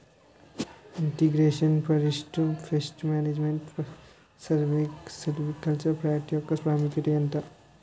integration forest pest management silvicultural practice యెక్క ప్రాముఖ్యత ఏంటి